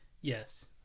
Yes